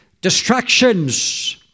distractions